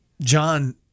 John